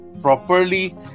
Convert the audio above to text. properly